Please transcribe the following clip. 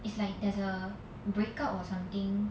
it's like there's a breakout or something